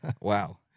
Wow